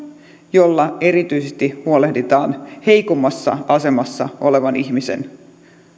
jolla erityisesti huolehditaan heikommassa asemassa olevan ihmisen